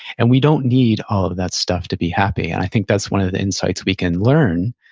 and we don't need all of that stuff to be happy, and i think that's one of the insights we can learn.